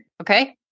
Okay